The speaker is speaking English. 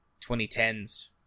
2010s